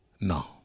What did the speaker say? No